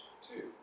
Two